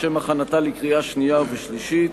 לשם הכנתה לקריאה שנייה ולקריאה שלישית.